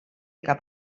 cap